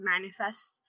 manifest